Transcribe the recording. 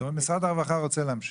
זאת אומרת משרד הרווחה רוצה להמשיך.